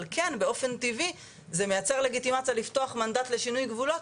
אבל כן באופן טבעי זה מייצר לגיטימציה לפתוח מנדט לשישנוי גבולות.